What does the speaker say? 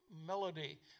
melody